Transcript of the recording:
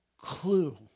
clue